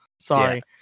Sorry